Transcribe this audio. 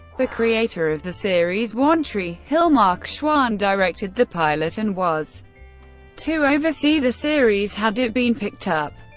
the creator of the series one tree hill, mark schwahn directed the pilot and was to oversee the series had it been picked up.